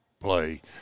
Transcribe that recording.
play